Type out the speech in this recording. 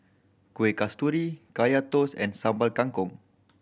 Kueh Kasturi Kaya Toast and Sambal Kangkong